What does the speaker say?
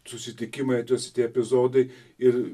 susitikimai ties tie epizodai ir